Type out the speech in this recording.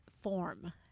form